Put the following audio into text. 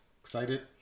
Excited